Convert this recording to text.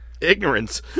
Ignorance